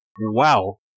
Wow